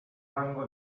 rango